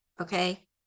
Okay